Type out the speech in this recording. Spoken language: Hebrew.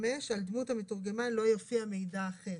(5)על דמות המתורגמן לא יופיע מידע אחר".